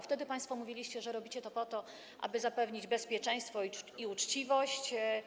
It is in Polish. Wtedy państwo mówiliście, że robicie to po to, aby zapewnić bezpieczeństwo i uczciwość.